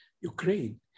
Ukraine